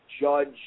judge